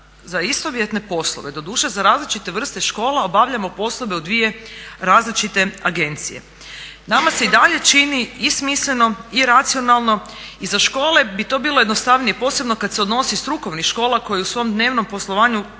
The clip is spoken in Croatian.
za istovjetne poslove, doduše za različite vrste škola obavljamo poslove u dvije različite agencije. Nama se i dalje čini i smisleno i racionalno i za škole bi to bilo jednostavnije, posebno kada se odnosi na strukovne škole koji u svom dnevnom poslovanju